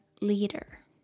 leader